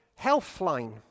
Healthline